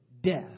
death